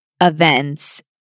events